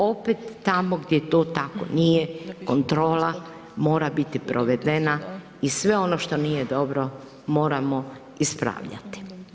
Opet tamo gdje to tako nije kontrola mora biti provedena i sve ono što nije dobro moramo ispravljati.